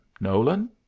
Nolan